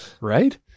Right